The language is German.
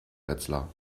wetzlar